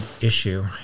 issue